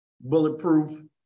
bulletproof